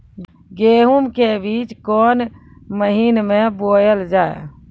गेहूँ के बीच कोन महीन मे बोएल जाए?